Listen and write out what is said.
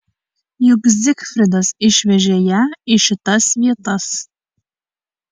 juk zigfridas išvežė ją į šitas vietas